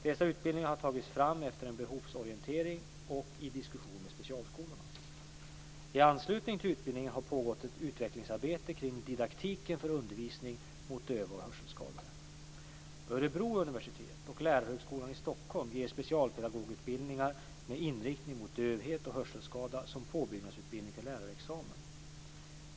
Dessa utbildningar har tagits fram efter en behovsinventering och i diskussion med specialskolorna. I anslutning till utbildningen har pågått ett utvecklingsarbete kring didaktiken för undervisning mot döva och hörselskadade. Örebro universitet och Lärarhögskolan i Stockholm ger specialpedagogutbildningar med inriktning mot dövhet och hörselskada som påbyggnadsutbildning till lärarexamen.